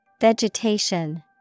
Vegetation